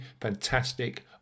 fantastic